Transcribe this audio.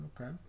Okay